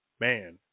man